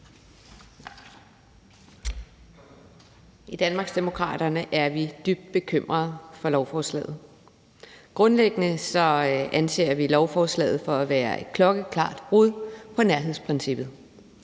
I Danmarksdemokraterne er vi dybt bekymret over lovforslaget. Grundlæggende anser vi lovforslaget for at være et klokkeklart brud på nærhedsprincippet.